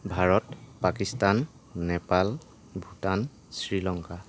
Bharat Pakistan Nepal Bhutan Sri Lanka